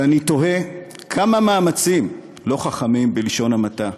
ואני תוהה, כמה מאמצים לא חכמים, בלשון המעטה,